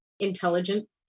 Intelligent